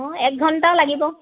অঁ এক ঘণ্টাও লাগিব